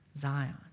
Zion